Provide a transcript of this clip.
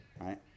right